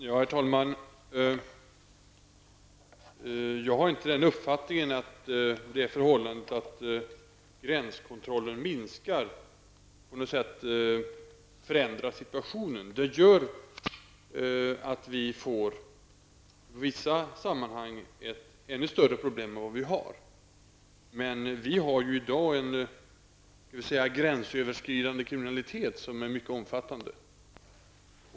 Herr talman! Jag har inte uppfattningen att det förhållandet att gränskontrollen minskar på något sätt förändrar situationen. Den innebär att vi i vissa sammanhang får ett ännu större problem än vi har. Men vi har ju i dag en gränsöverskridande kriminalitet som är mycket omfattande.